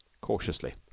cautiously